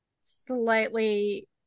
slightly